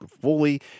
fully